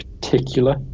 particular